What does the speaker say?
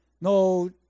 no